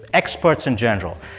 experts in general.